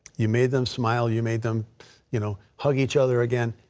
you made them smile. you made them you know hug each other again.